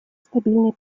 стабильный